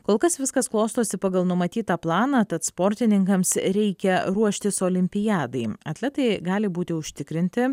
kol kas viskas klostosi pagal numatytą planą tad sportininkams reikia ruoštis olimpiadai atletai gali būti užtikrinti